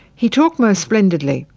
he talked most splendidly.